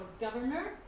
governor